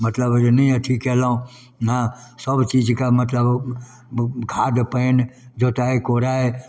मतलब होइए जे नहि अथी कएलहुँ हँ सब चीजके मतलब खाद पानि जोताइ कोड़ाइ